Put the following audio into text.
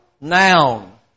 noun